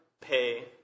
pay